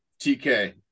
TK